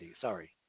Sorry